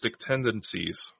tendencies